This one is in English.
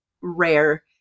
rare